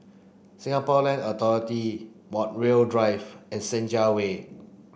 Singapore Land Authority Montreal Drive and Senja Way